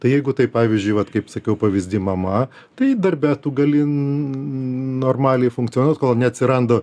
tai jeigu taip pavyzdžiui vat kaip sakiau pavyzdy mama tai darbe tu gali normaliai funkcionuoti kol neatsiranda